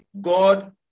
God